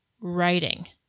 writing